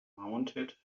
mounted